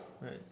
Right